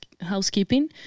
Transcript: housekeeping